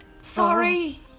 Sorry